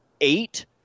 eight